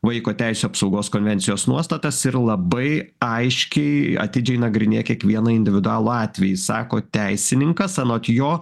vaiko teisių apsaugos konvencijos nuostatas ir labai aiškiai atidžiai nagrinėja kiekvieną individualų atvejį sako teisininkas anot jo